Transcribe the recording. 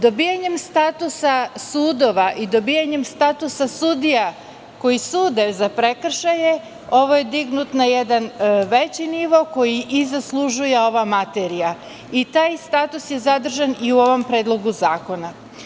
Dobijanjem statusa sudova i dobijanjem statusa sudija koji sude za prekršaje, ovo je dignuto na jedan veći nivo koji i zaslužuje ova materija i taj status je zadržan i u ovom predlogu zakona.